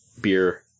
beer